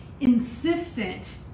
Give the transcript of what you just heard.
insistent